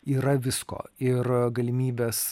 yra visko ir galimybės